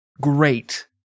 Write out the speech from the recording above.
great